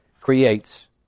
creates